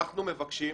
אנחנו מבקשים,